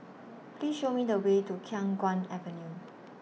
Please Show Me The Way to Khiang Guan Avenue